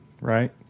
right